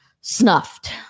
Snuffed